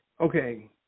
okay